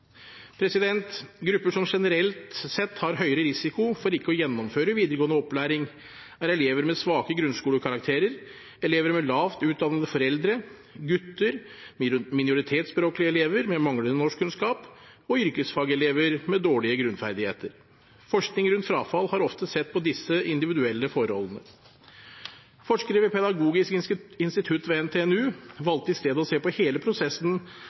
Grupper som generelt sett har høyere risiko for ikke å gjennomføre videregående opplæring, er elever med svake grunnskolekarakterer, elever med lavt utdannende foreldre, gutter, minoritetsspråklige elever med manglende norskkunnskaper og yrkesfagelever med dårlige grunnferdigheter. Forskning rundt frafall har ofte sett på disse individuelle forholdene. Forskere ved Pedagogisk institutt ved NTNU valgte i stedet å se på hele prosessen